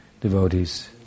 devotees